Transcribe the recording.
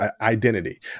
identity